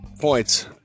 points